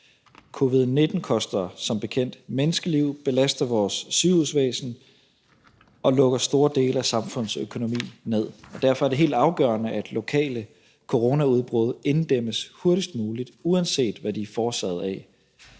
Covid-19 koster som bekendt menneskeliv, belaster vores sygehusvæsen og lukker store dele af samfundsøkonomien ned. Derfor er det helt afgørende, at lokale coronaudbrud inddæmmes hurtigst muligt, uanset hvad de er forårsaget af.